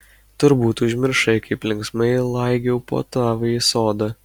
turbūt užmiršai kaip linksmai laigiau po tavąjį sodą